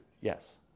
yes